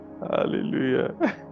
Hallelujah